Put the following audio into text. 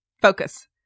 focus